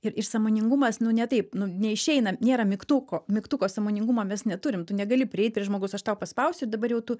ir ir sąmoningumas nu ne taip nu neišeina nėra mygtuko mygtuko sąmoningumo mes neturim tu negali prieit prie žmogaus aš tau paspausiu ir dabar jau tu